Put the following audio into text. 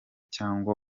cyangwa